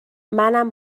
منم